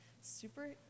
Super